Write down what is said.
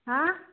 ହଁ